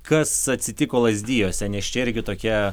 kas atsitiko lazdijuose nes čia irgi tokia